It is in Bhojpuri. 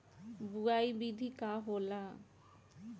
बुआई विधि का होला?